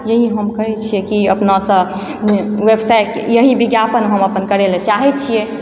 यही हम कहै छियै कि अपनासँ व्यवसाय यही विज्ञापन हम अपन करैला चाहै छियै